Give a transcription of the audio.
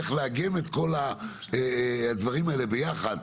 איך לאגם את כל הדברים האלה ביחד.